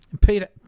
Peter